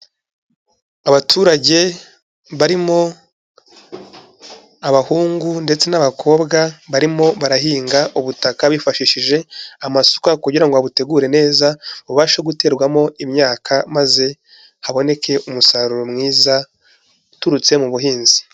Abaturage barimo abahungu ndetse n'abakobwa, barimo barahinga ubutaka bifashishije amasuka kugira ngo babutegure neza bubashe guterwamo imyaka maze haboneke umusaruro mwiza uturutse mu buhinzi.